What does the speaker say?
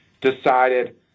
decided